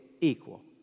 equal